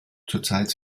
zurzeit